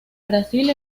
brasil